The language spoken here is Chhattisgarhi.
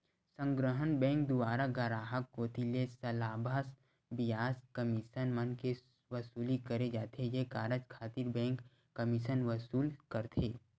संग्रहन बेंक दुवारा गराहक कोती ले लाभांस, बियाज, कमीसन मन के वसूली करे जाथे ये कारज खातिर बेंक कमीसन वसूल करथे